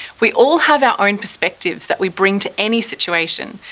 we all have our own perspectives that we bring to any situation,